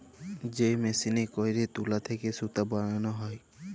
যে মেসিলে ক্যইরে তুলা থ্যাইকে সুতা বালাল হ্যয়